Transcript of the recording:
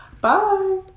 bye